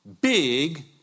big